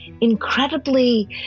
incredibly